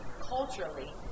culturally